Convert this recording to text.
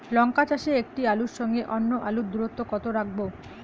লঙ্কা চাষে একটি আলুর সঙ্গে অন্য আলুর দূরত্ব কত রাখবো?